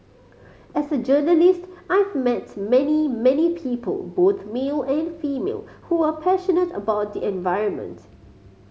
as a journalist I've met many many people both male and female who are passionate about the environment